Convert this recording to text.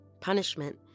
punishment